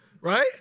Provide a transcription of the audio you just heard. right